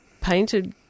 painted